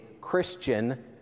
Christian